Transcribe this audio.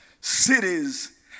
cities